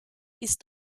ist